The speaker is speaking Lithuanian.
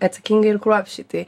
atsakingai ir kruopščiai tai